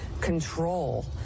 control